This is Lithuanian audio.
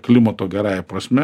klimato gerąja prasme